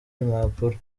impapuro